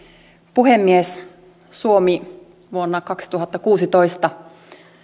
puhemies suomi vuonna kaksituhattakuusitoista